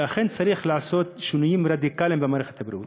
שאכן צריך לעשות שינוים רדיקליים במערכת הבריאות.